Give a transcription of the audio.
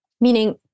Meaning